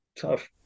tough